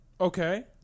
okay